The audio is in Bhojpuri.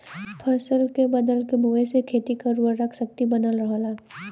फसल के बदल के बोये से खेत के उर्वरा शक्ति बनल रहला